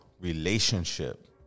relationship